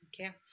okay